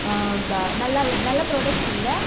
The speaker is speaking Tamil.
ப நல்ல நல்ல ப்ரோடக்ட்ஸ் இல்லை